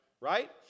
right